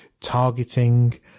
targeting